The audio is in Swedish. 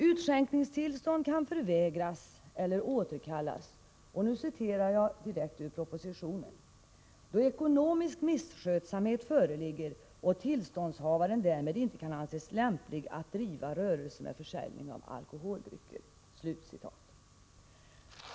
Utskänkningstillstånd kan förvägras eller återkallas — och nu citerar jag direkt ur propositionen — ”då ekonomisk misskötsamhet föreligger och tillståndshavaren därmed inte kan anses lämplig att driva rörelse med försäljning av alkoholdrycker”.